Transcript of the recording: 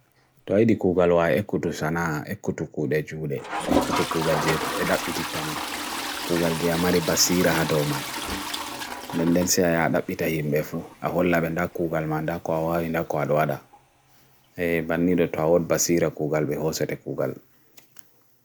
twai di kugalu wa ekutu sana ekutu kude jude ekutu kugal je ekup edapititama kugal je amari basira hadouman nenden se ayadapitahim befu ahola benda kugal manda ko awa inda ko adwada e banyi do tawad basira kugal behose te kugal